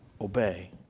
obey